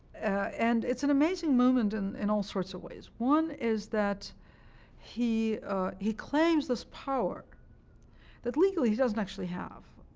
and it's an amazing moment and in all sorts of ways. one is that he he claims this power that legally he doesn't actually have.